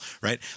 right